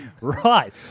Right